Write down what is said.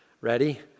Ready